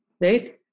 Right